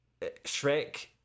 Shrek